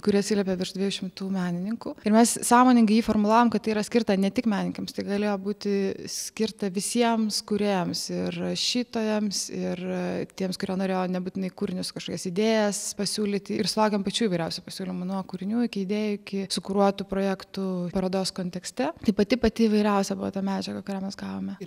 į kurį atsiliepė virš dviejų šimtų menininkų ir mes sąmoningai jį formulavom kad tai yra skirta ne tik menininkams tai galėjo būti skirta visiems kūrėjams ir rašytojams ir tiems kurie norėjo nebūtinai kūrinius kažkas idėjas pasiūlyti ir sulaukėme pačių įvairiausių pasiūlymų nuo kūrinių iki idėjų iki sukruotų projektų parodos kontekste tai pati pati įvairiausia balta medžiaga kurią mes gavome